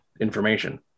information